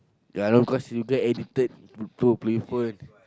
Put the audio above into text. yeah I know cause you get addicted to play phone